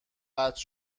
قطع